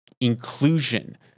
inclusion